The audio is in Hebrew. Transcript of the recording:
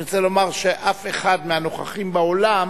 אני רוצה לומר שאף אחד מהנוכחים באולם